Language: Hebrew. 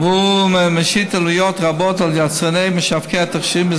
והוא משית עלויות רבות על יצרני ומשווקי התכשירים,